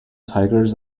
tigers